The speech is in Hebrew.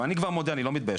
אני כבר מודה, אני לא מתבייש.